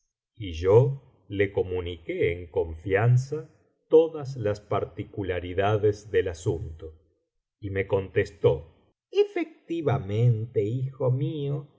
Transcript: y yo le comuniqué en confianza todas las particularidades del asunto y me contestó efectivamente hijo mío